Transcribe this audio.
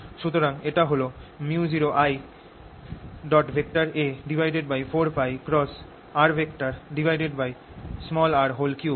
সুতরাং এটা হল µ0Ia4πrr3